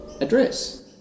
address